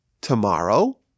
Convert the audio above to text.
tomorrow